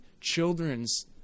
children's